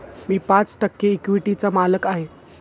मी पाच टक्के इक्विटीचा मालक आहे